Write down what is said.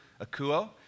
akuo